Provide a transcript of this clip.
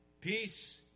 peace